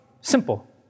Simple